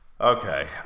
Okay